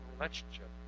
relationship